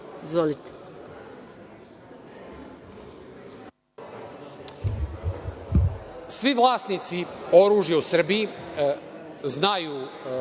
Izvolite.